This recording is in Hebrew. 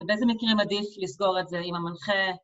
ובאיזה מקרים עדיף לסגור את זה עם המנחה?